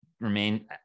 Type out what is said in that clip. remain